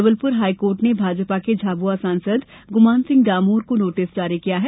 Jabalpur high court ने भाजपा के झाबुआ सांसद गुमान सिंह डामोर को नोटिस जारी किया है